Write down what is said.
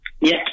Yes